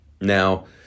Now